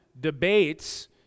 debates